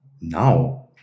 Now